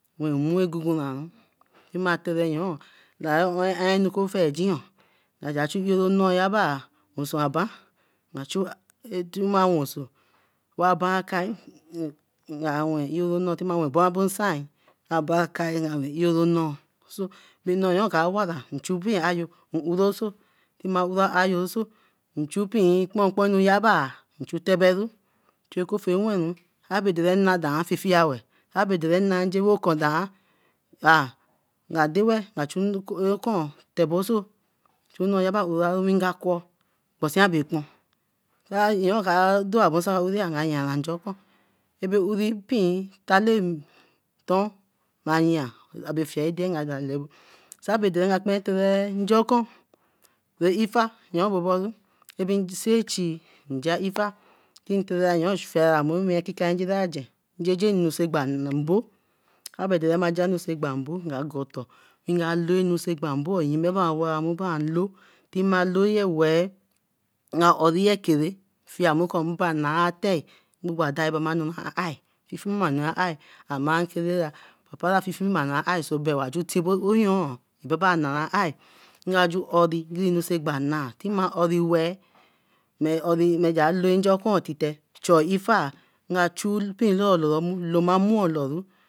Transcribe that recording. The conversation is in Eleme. When mmu ra guguranju ima tere yoor okufiegin yoo eka chu nnoo rebaa weson aba nee chu jima woso wey aba akai bra bosan abro akai ami ero nnoo so bae nnoo ka awera nchu mpee ayo oroso mma ura ayo oso mchu mpee nkponuyaba chuteberu, chu okoffea wen ru, abe dara na dai fifiewe, abe dara nah njebu ko nah ah ka dewe, nga chu okun tebeso, chu nnoo yaba oraru nga kwor, ogbonsiye abera kpon, abe uri pee, tale nton ma yee, abere fie rade, kara be ade ra ka kparan tere nja okun wey ifa boboru nsi achii ja ifa tin tere ayen era mu nkiken aragenuso egba mbo. Abe dere ma ja nu so egba mbo nga gwan otor nga loo nu so egba mbo nga gwan otor nga loo nu so egba mboo oo yime bra wara mmu bran nloo, tima looye weeh nga oriye kere fiemu ko mba naatei mbuba efi ahy, mama kele ra efima ahy wa ju tabo ooyoo baba nara ahy nga ju ori gurenu egba nna, mma ori weeh mai jai lori nja okun tite, chu ifaah chu mpee loma mmii loru.